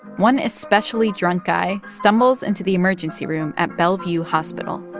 one especially drunk guy stumbles into the emergency room at bellevue hospital.